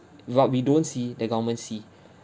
what we don't see the government see